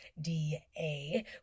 DA